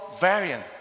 variant